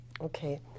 Okay